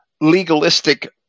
legalistic